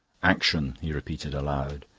action, he repeated aloud,